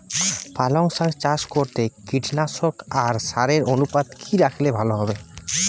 পালং শাক চাষ করতে কীটনাশক আর সারের অনুপাত কি রাখলে ভালো হবে?